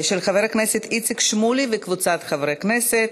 של חבר הכנסת איציק שמולי וקבוצת חברי הכנסת.